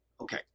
Okay